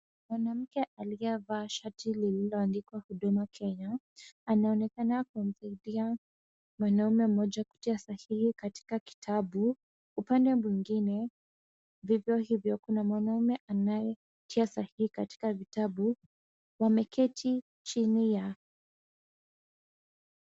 Mwanamke aliyevaa shati lililoandikwa huduma Kenya anaonekana kumsaidia mwanamume mmoja kutia sahihi katika kitabu. Upande mwingine vivyo hivyo kuna mwanamume anayetia sahihi katika vitabu. Wameketi chini ya...